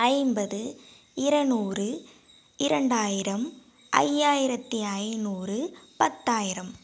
ஐம்பது இரநூறு இரண்டாயிரம் ஐயாயிரத்தி ஐநூறு பத்தாயிரம்